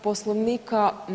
Poslovnika.